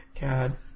God